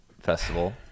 festival